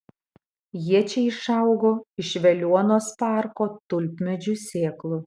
jie čia išaugo iš veliuonos parko tulpmedžių sėklų